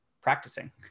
practicing